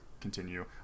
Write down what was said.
continue